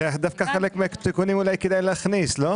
זה דווקא חלק מהתיקונים אולי כדאי להכניס, לא?